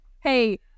hey